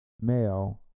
male